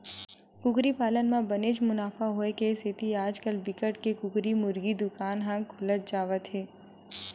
कुकरी पालन म बनेच मुनाफा होए के सेती आजकाल बिकट के कुकरी मुरगी दुकान ह खुलत जावत हे